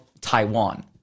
Taiwan